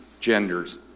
genders